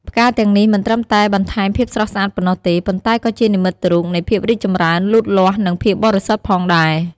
ផ្កាទាំងនេះមិនត្រឹមតែបន្ថែមភាពស្រស់ស្អាតប៉ុណ្ណោះទេ ប៉ុន្តែក៏ជានិមិត្តរូបនៃភាពរីកចម្រើន លូតលាស់ និងភាពបរិសុទ្ធផងដែរ។